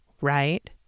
right